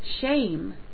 Shame